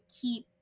keep